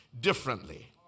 differently